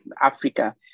Africa